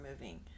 moving